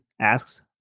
asks